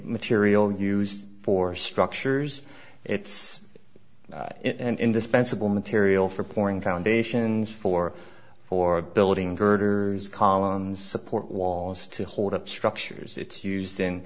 material used for structures it's in this pencil material for pouring foundations for for building girders columns support walls to hold up structures it's used in